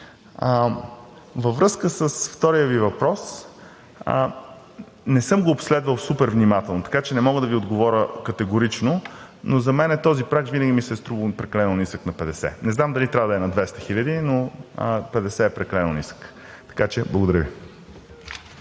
Във връзка с втория Ви въпрос. Не съм го обследвал супер внимателно, така че не мога да Ви отговоря категорично, но за мен този праг на 50 винаги ми се е струвал прекалено нисък, не знам дали трябва да е на 200 000, но 50 е прекалено нисък. Така че благодаря Ви.